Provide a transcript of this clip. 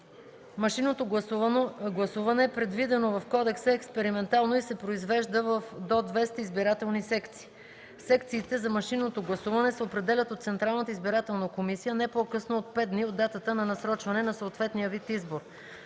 машинното гласуване, предвидено в кодекса, е експериментално и се произвежда в до 200 избирателни секции. Секциите за машинното гласуване се определят от Централната избирателна комисия не по-късно от 5 дни от датата на насрочването на съответния вид избор.